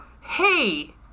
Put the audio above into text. Hey